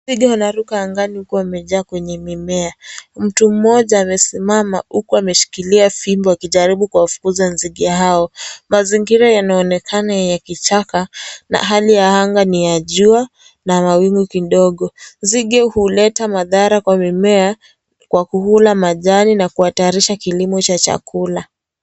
Nzige wanaruka angani huku wamejaa kwenye mimea ,mtu mmoja amesimama huku ameshikilia fimbo akijaribu kuwafukuza nzige hao mazingira yanaonekana ya kichaka na hali ya anga ni ya jua na mawingu kidogo nzige huleta madhara kwa mimea kwa kukula majani na kuhatarisha kilimo cha chakula.